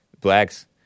Blacks